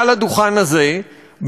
מעל הדוכן הזה,